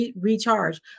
recharge